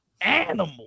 Animal